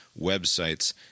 websites